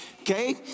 Okay